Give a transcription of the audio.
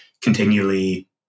continually